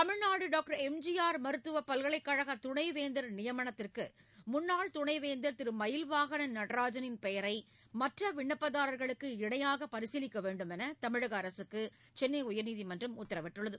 Tamil Nadu doctor MGR மருத்துவ பல்கலைக்கழக துணைவேந்தர் நியமனத்திற்கு முன்னாள் துணை வேந்தர் திரு மயில்வாகனன் நடராஜனின் பெயரை மற்ற விண்ணப்பதாரர்களுக்கு இணையாக பரிசீலிக்க வேண்டும் என்று தமிழக அரசுக்கு சென்னை உயர்நீதிமன்றம் உத்தரவிட்டுள்ளது